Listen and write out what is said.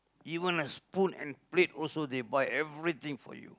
even a spoon and plate also they buy everything for you